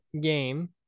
game